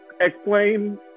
explain